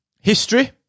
History